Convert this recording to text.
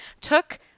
took